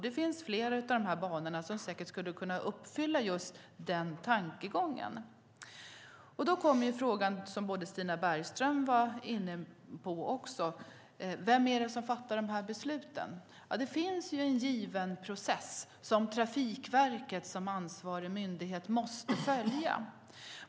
Det finns flera av dessa banor som säkert skulle kunna uppfylla den tankegången. Då blir frågan som också Stina Bergström var inne på: Vem är det som fattar besluten? Det finns en given process som Trafikverket som ansvarig myndighet måste följa.